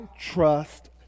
trust